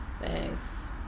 Thanks